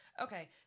Okay